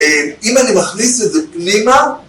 אם אני מכניס את זה פנימה